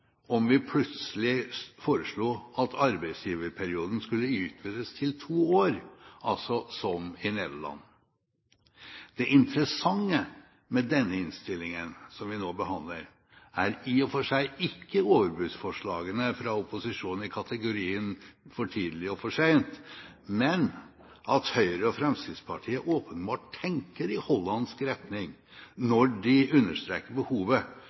om vi plutselig foreslo at arbeidsgiverperioden skulle utvides til to år, altså som i Nederland. Det interessante med den innstillingen som vi nå behandler, er i og for seg ikke overbudsforslagene fra opposisjonen i kategoriene «for tidlig» og «for sent», men at Høyre og Fremskrittspartiet åpenbart tenker i hollandsk retning når de understreker behovet